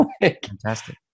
Fantastic